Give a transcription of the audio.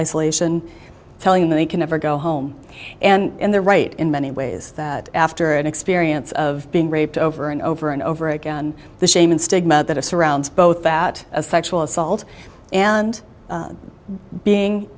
isolation telling them they can never go home and they're right in many ways that after an experience of being raped over and over and over again the shame and stigma that surrounds both about a sexual assault and being